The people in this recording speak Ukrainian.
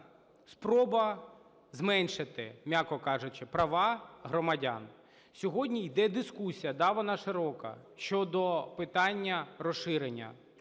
спроба зменшити, м'яко кажучи, права громадян. Сьогодні йде дискусія, да, вона широка, щодо питання розширення